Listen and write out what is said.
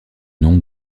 nom